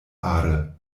are